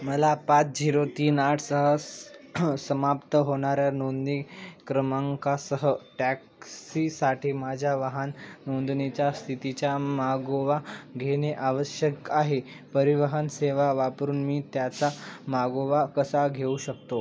मला पाच झिरो तीन आठ सह समाप्त होणाऱ्या नोंदणी क्रमांकासह टॅक्सीसाठी माझ्या वाहन नोंदणीच्या स्थितीच्या मागोवा घेणे आवश्यक आहे परिवहन सेवा वापरून मी त्याचा मागोवा कसा घेऊ शकतो